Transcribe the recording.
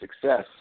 success